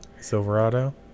Silverado